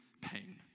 pain